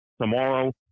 tomorrow